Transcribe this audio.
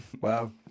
Wow